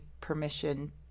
permission